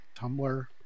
Tumblr